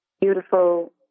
beautiful